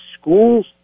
schools